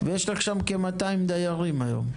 יש לך שם כ-200 דיירים היום?